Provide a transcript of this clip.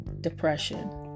depression